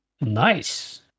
nice